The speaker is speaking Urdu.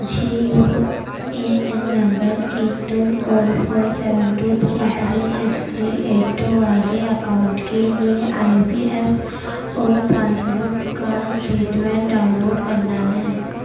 مجھے U A N number eight two four four seven two three three six three eight two والے اکاؤنٹ کے لیے I P F O passbook کا اسٹیٹمنٹ ڈاؤن لوڈ کرنا ہے